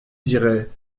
dirait